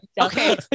Okay